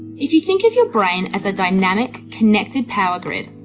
if you think of your brain as a dynamic, connected power grid,